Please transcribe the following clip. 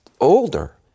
older